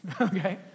Okay